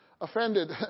offended